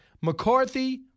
McCarthy